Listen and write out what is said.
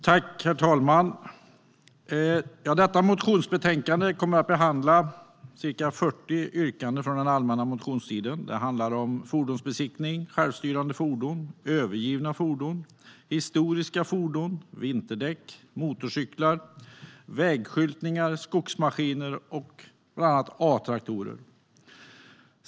Herr talman! Detta motionsbetänkande behandlar ca 40 yrkanden från den allmänna motionstiden. Det handlar om fordonsbesiktning, självstyrande fordon, övergivna fordon, historiska fordon, vinterdäck, motorcyklar, vägskyltning, skogsmaskiner och A-traktorer.